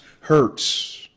hurts